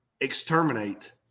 exterminate